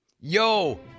Yo